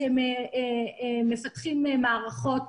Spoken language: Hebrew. כי הם מפתחים מערכות.